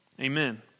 Amen